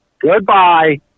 Goodbye